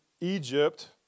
Egypt